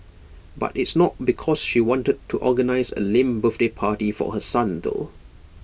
but it's not because she wanted to organise A lame birthday party for her son though